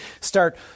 start